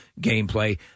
gameplay